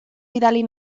bidali